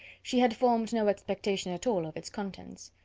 she had formed no expectation at all of its contents.